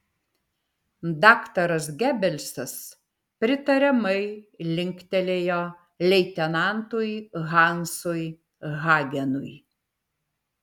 daktaras gebelsas pritariamai linktelėjo leitenantui hansui hagenui